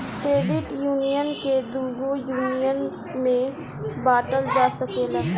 credit union के दुगो union में बॉटल जा सकेला